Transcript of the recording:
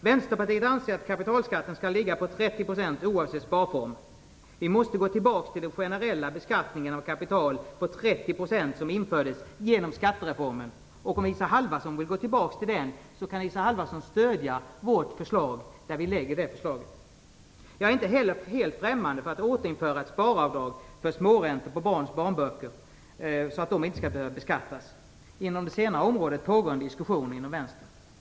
Vänsterpartiet anser att kapitalskatten skall ligga på 30 % oavsett sparform. Vi måste återgå till den generella beskattningen av kapital på 30 % som infördes i samband med skattereformen. Om Isa Halvarsson vill återgå till den skattenivån kan Isa Halvarsson stödja oss när vi lägger fram det förslaget. Jag är inte heller helt främmande för att återinföra ett sparavdrag för småräntor på barns bankböcker så att de inte skall behöva beskattas. Det pågår en diskussion inom Vänstern på det området.